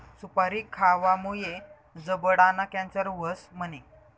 सुपारी खावामुये जबडाना कॅन्सर व्हस म्हणे?